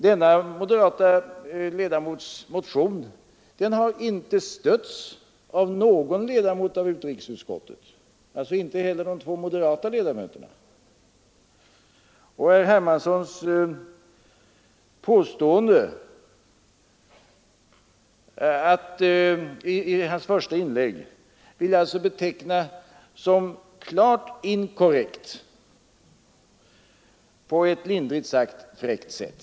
Denna moderata ledamots motion har inte stötts av någon ledamot av utrikesutskottet, alltså inte heller av de två moderata ledamöterna där, och herr Hermanssons påstående i det första inlägget vill jag alltså beteckna som klart inkorrekt på ett lindrigt sagt fräckt sätt.